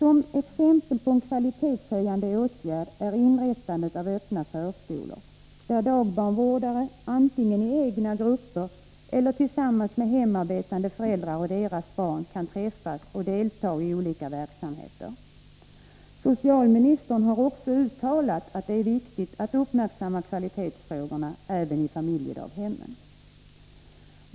Exempel på en kvalitetshöjande åtgärd är inrättandet av öppna förskolor, där dagbarnvårdarna antingen i egna grupper eller tillsammans med hemarbetande föräldrar och deras barn kan träffas och delta i olika verksamheter. Socialministern har också uttalat att det är viktigt att uppmärksamma kvalitetsfrågorna även i familjedaghemmen.